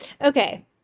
Okay